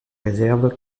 réserves